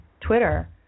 Twitter